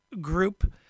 group